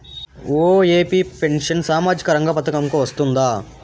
OAP pension సామాజిక రంగ పథకం కు వస్తుందా?